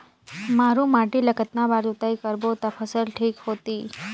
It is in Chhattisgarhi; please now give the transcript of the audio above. मारू माटी ला कतना बार जुताई करबो ता फसल ठीक होती?